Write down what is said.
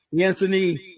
Anthony